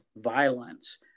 violence